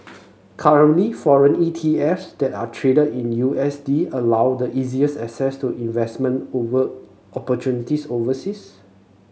currently foreign E T F S that are traded in U S D allow the easiest access to investment over opportunities overseas